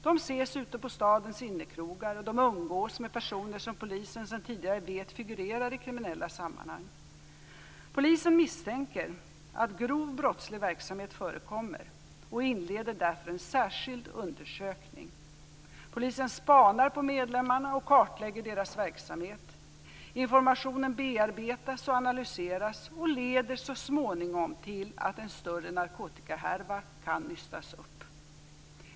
De ses ute på stadens innekrogar, och de umgås med personer som polisen sedan tidigare vet figurerar i kriminella sammanhang. Polisen misstänker att grov brottslig verksamhet förekommer och inleder därför en särskild undersökning. Polisen spanar på medlemmarna och kartlägger deras verksamhet. Informationen bearbetas och analyseras och leder så småningom till att en större narkotikahärva kan nystas upp.